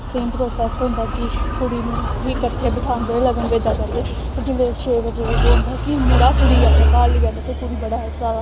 same process होंदा कि कुड़ी मुड़े गी कट्ठे बठ्हांदे लगन बेदां करदे इ'न्ने च छे बजी जंदे फ्ही मुड़ा कुड़ी गी अपने घर लेई जंदा फिरी कुड़ी बड़ा जैदा